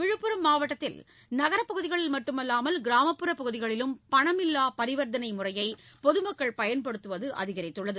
விழுப்புரம் மாவட்டத்தில் நகரப்பகுதிகளில் மட்டுமல்லாமல் கிராமப்புற பகுதிகளிலும் பணமில்லா பரிவர்த்தனை முறையை பொது மக்கள் பயன்படுத்துவது அதிகரித்துள்ளது